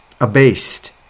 abased